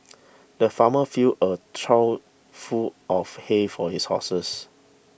the farmer filled a trough full of hay for his horses